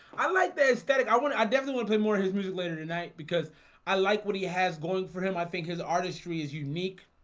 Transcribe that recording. i like that aesthetic i want i definitely play more his music later tonight because i like what he has going for him i think his artistry is unique.